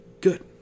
good